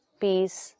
peace